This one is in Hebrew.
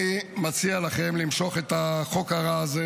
אני מציע לכם למשוך את החוק הרע הזה,